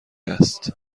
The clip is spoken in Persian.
است